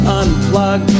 unplug